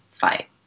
fight